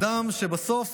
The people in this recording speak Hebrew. אדם שבסוף